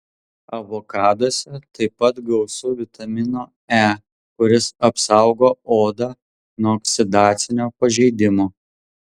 avokaduose taip pat gausu vitamino e kuris apsaugo odą nuo oksidacinio pažeidimo